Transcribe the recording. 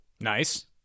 nice